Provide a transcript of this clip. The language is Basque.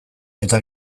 eta